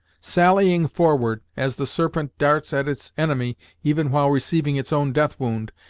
sallying forward, as the serpent darts at its enemy even while receiving its own death wound,